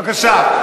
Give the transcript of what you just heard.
בבקשה.